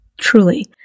Truly